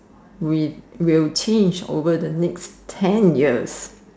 with will change over the next ten years